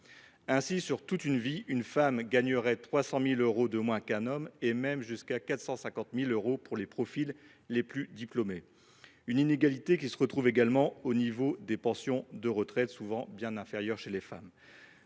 Ainsi, sur toute une vie, une femme gagnerait 300 000 euros de moins qu’un homme et même jusqu’à 450 000 euros pour les profils les plus diplômés. Cette inégalité se retrouve également dans les pensions de retraite, qui sont souvent bien inférieures pour les femmes.